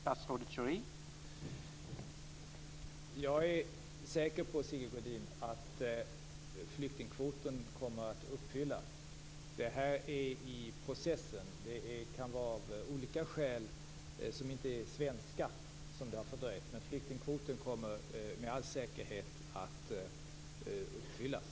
Herr talman! Jag är säker på, Sigge Godin, att flyktingkvoten kommer att uppfyllas. Det här är i processen. Fördröjningen kan ha olika skäl, som inte är svenska. Flyktingkvoten kommer ändå med all säkerhet att uppfyllas.